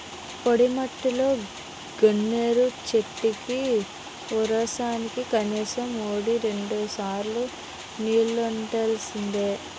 పొడిమట్టిలో గన్నేరు చెట్లకి వోరానికి కనీసం వోటి రెండుసార్లు నీల్లెట్టాల్సిందే